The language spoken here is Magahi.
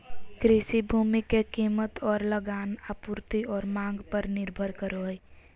कृषि भूमि के कीमत और लगान आपूर्ति और मांग पर निर्भर करो हइ